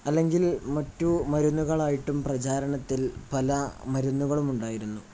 അല്ലെങ്കിൽ മറ്റു മരുന്നുകളായിട്ടും പ്രചാരത്തിൽ പല മരുന്നുകളുമുണ്ടായിരുന്നു